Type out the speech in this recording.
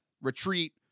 retreat